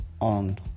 on